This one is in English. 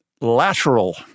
lateral